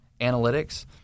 analytics